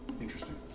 Interesting